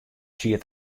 siet